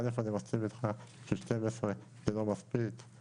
א' אני מסכים איתך ש-12 זה לא מספיק,